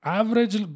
average